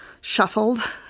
shuffled